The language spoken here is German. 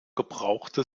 gebrauchte